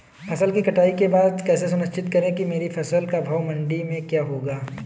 फसल की कटाई के बाद कैसे सुनिश्चित करें कि मेरी फसल का भाव मंडी में क्या होगा?